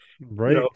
right